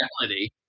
reality